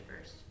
first